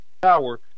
power